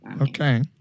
Okay